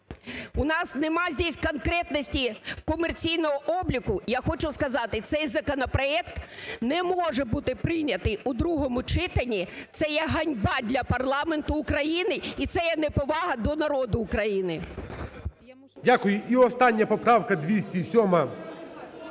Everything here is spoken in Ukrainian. у нас немає тут конкретності комерційного обліку. Я хочу сказати, цей законопроект не може бути прийнятий у другому читанні, це є ганьба для парламенту України і це є неповага до народу України. ГОЛОВУЮЧИЙ. Дякую. І остання поправка 207-а.